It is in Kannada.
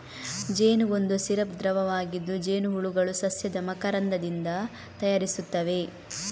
ಜೇನು ಒಂದು ಸಿರಪ್ ದ್ರವವಾಗಿದ್ದು, ಜೇನುಹುಳುಗಳು ಸಸ್ಯದ ಮಕರಂದದಿಂದ ತಯಾರಿಸುತ್ತವೆ